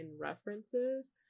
references